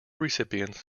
recipients